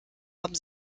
haben